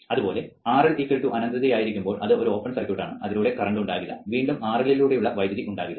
അതുപോലെ RL അനന്തതയായിരിക്കുമ്പോൾ അത് ഒരു ഓപ്പൺ സർക്യൂട്ടാണ് അതിലൂടെ കറന്റ് ഉണ്ടാകില്ല വീണ്ടും RL ലൂടെയുള്ള വൈദ്യുതി ഉണ്ടാകില്ല